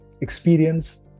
experience